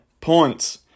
points